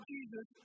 Jesus